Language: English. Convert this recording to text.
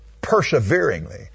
perseveringly